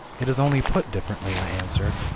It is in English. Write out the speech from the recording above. it is only put differently, i answered.